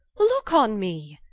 looke on me.